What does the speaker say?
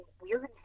weird